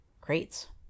crates